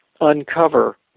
uncover